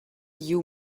you